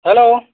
hello